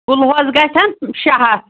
کُلُوہَس گژھن شےٚ ہَتھ